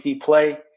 play